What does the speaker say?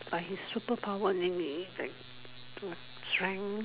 like superpower and they like like strength